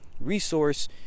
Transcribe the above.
resource